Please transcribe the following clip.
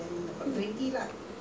not yet lah sixteen years old lah